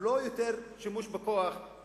לא יותר שימוש בכוח,